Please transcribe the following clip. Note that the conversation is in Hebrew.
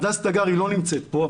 הדס תגרי לא נמצאת פה,